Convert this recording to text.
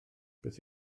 beth